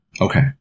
Okay